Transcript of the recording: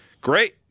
Great